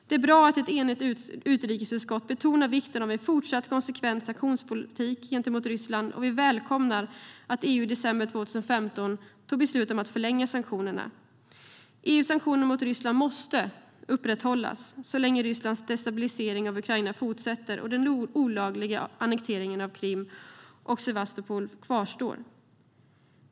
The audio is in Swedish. Det är bra att ett enigt utrikesutskott betonar vikten av en fortsatt konsekvent sanktionspolitik gentemot Ryssland. Vi välkomnar att EU i december 2015 fattade beslut om att förlänga sanktionerna. EU:s sanktioner mot Ryssland måste upprätthållas så länge Rysslands destabilisering av Ukraina fortsätter och den olagliga annekteringen av Krim och Sevastopol kvarstår.